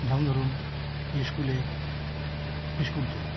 যেমন ধরুন স্কুলে বিস্কুট দৌড়